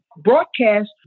broadcast